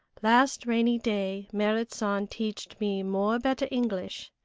last rainy day merrit san teached me more better english,